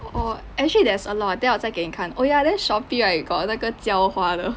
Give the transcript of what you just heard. oh actually there's a lot 等下我再给你看 oh ya then shopee right got 那个浇花的